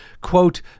quote